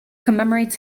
commemorates